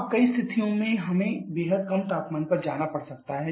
अब कई स्थितियों में हमें बेहद कम तापमान पर जाना पड़ सकता है